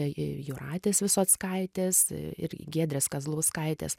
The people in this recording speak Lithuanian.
jūratės visockaitės ir giedrės kazlauskaitės